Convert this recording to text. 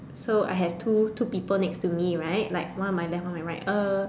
so I have two two people next to me right like one on my left one on my right uh